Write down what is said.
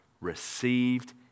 received